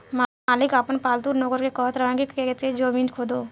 मालिक आपन पालतु नेओर के कहत रहन की खेत के जमीन खोदो